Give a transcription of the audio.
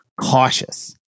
Cautious